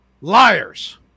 liars